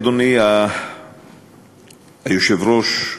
אדוני היושב-ראש,